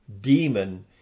demon